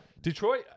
Detroit